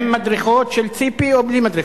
עם מדרכות של ציפי או בלי מדרכות.